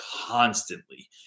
constantly